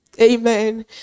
Amen